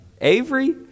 Avery